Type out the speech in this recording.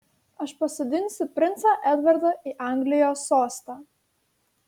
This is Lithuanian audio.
aš pasodinsiu princą edvardą į anglijos sostą